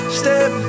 step